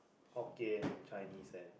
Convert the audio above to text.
hokkien Chinese and